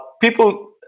people